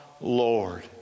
Lord